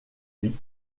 vie